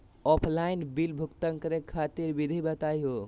Offline bill भुगतान करे खातिर विधि बताही हो?